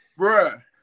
Bruh